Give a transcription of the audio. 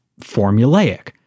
formulaic